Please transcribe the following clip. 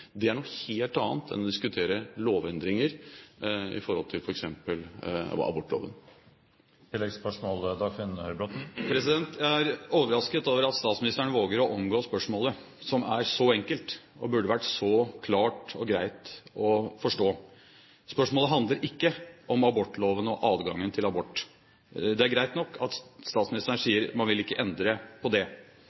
Det er noe helt annet enn å diskutere lovendringer i f.eks. abortloven. Jeg er overrasket over at statsministeren våger å omgå spørsmålet, som er så enkelt, og som burde vært så klart og greit å forstå. Spørsmålet handler ikke om abortloven og adgangen til abort. Det er greit nok at statsministeren sier man ikke vil endre på det.